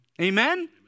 Amen